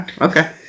okay